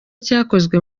cyakozwe